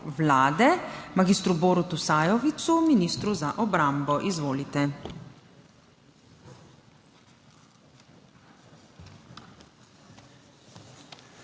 Vlade mag. Borutu Sajovicu, ministru za obrambo. Izvolite.